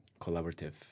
collaborative